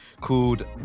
called